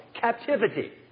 Captivity